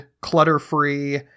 clutter-free